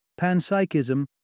Panpsychism